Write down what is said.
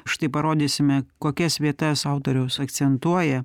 štai parodysime kokias vietas autoriaus akcentuoja